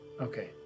Okay